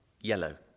yellow